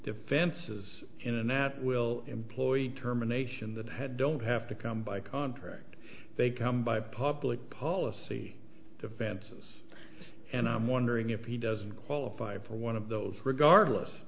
defenses in and that will employ determination that had don't have to come by contract they come by public policy defenses and i'm wondering if he doesn't qualify for one of those regardless